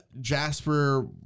jasper